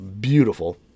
beautiful